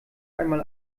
einmal